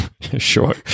sure